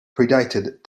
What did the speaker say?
predated